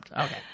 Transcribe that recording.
Okay